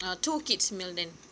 uh two kids meal then